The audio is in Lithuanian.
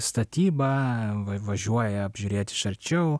statybą va važiuoja apžiūrėti iš arčiau